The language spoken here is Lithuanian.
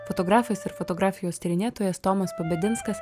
fotografas ir fotografijos tyrinėtojas tomas pabedinskas